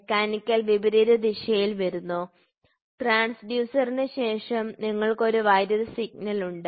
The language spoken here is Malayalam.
മെക്കാനിക്കൽ വിപരീത ദിശയിൽ വരുന്നു ട്രാൻസ്ഫ്യൂസറിന് ശേഷം നിങ്ങൾക്ക് ഒരു വൈദ്യുത സിഗ്നൽ ഉണ്ട്